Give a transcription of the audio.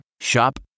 Shop